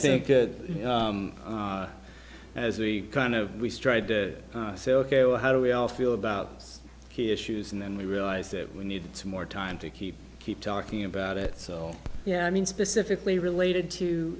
think as we kind of we strive to say ok well how do we all feel about key issues and then we realize that we need some more time to keep keep talking about it so yeah i mean specifically related to